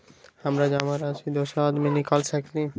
हमरा जमा राशि दोसर आदमी निकाल सकील?